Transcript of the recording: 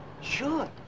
Sure